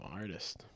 artist